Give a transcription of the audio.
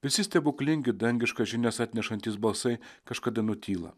visi stebuklingi dangiškas žinias atnešantys balsai kažkada nutyla